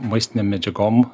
maistinėm medžiagom